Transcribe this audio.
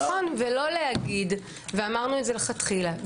נכון, ואמרנו את זה מלכתחילה.